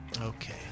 okay